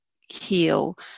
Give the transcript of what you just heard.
heal